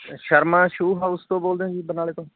Sharma shoe house ਤੋਂ ਬੋਲਦੇ ਹੋ ਜੀ ਬਰਨਾਲੇ ਤੋਂ